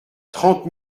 trente